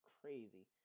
crazy